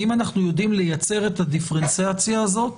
האם אנחנו יודעים לייצר את הדיפרנציאציה הזאת